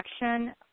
action